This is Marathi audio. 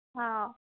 हो